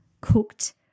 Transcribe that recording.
cooked